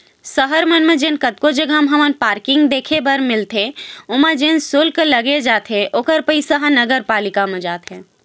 सहर मन म जेन कतको जघा म हमन ल पारकिंग देखे बर मिलथे ओमा जेन सुल्क लगाए जाथे ओखर पइसा ह नगरपालिका म जाथे